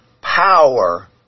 power